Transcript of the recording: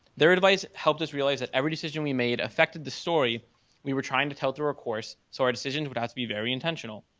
their advice helped us realize that every decision we made affected the story we were trying to tell through our course, so our decisions would have to be very intentional.